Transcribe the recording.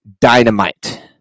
dynamite